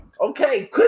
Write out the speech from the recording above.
Okay